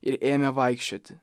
ir ėmė vaikščioti